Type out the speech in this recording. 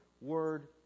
word